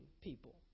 people